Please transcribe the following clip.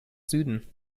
süden